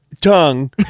tongue